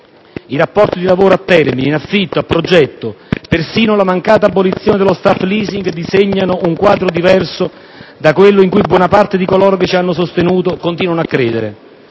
I rapporti di lavoro a termine, in affitto, a progetto, persino la mancata abolizione dello *staff leasing*, disegnano un quadro diverso da quello in cui buona parte di coloro che ci hanno sostenuto continuano a credere.